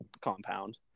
compound